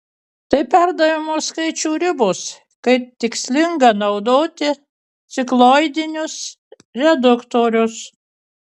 tai perdavimo skaičių ribos kai tikslinga naudoti cikloidinius reduktorius